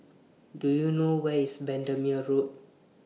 Do YOU know Where IS Bendemeer Road